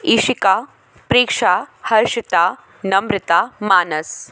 Ishika Preksha Harshita Namrata Manas